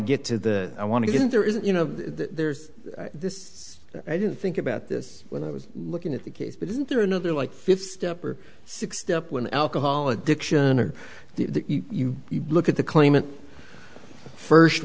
get to the i want to get in there is you know there's this i didn't think about this when i was looking at the case but isn't there another like fifth step or six step when alcohol addiction or you look at the claimant first